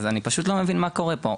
אז אני פשוט לא מבין מה קורה פה.